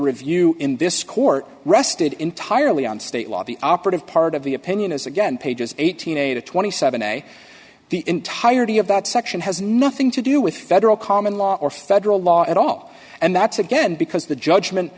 review in this court rested entirely on state law the operative part of the opinion is again pages eight hundred and twenty seven a the entirety of that section has nothing to do with federal common law or federal law at all and that's again because the judgment